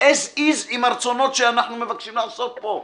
as is עם הרצונות שאנחנו מבקשים לעשות פה.